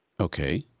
Okay